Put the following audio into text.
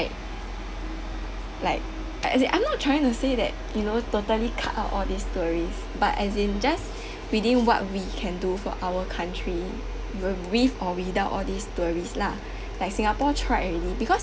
like as in I'm not trying to say that you know totally cut out all these tourist but as in just redeem what we can do for our country w~ with or without all these tourist lah like singapore tried already because